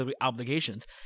obligations